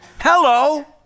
Hello